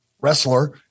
wrestler